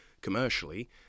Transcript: commercially